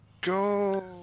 go